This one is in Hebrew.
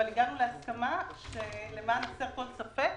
אבל הגענו להסכמה שלמען הסר כל ספק